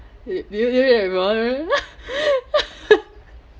do do you do you remember